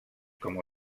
com